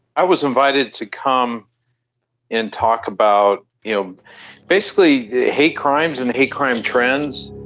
i was invited to come and talk about you know basically hate crimes and hate crime trends.